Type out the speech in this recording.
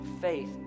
faith